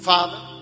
Father